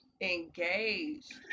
engaged